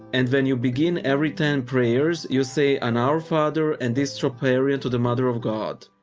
and when you begin every ten prayers, you say an our father and this troparion to the mother of god.